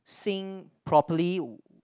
sing properly